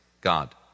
God